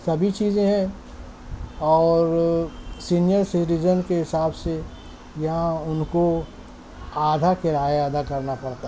سبھی چیزیں ہیں اور سینیئر سٹیزن کے حساب سے یہاں ان کو آدھا کرایہ ادا کرنا پڑتا ہے